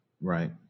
right